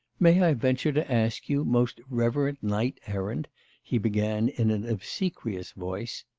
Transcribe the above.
may i venture to ask you, most reverend knight-errant he began in an obsequious voice,